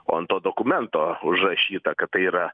o ant to dokumento užrašyta kad tai yra